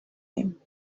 him